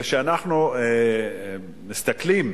וכשאנחנו מסתכלים